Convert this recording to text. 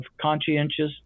conscientious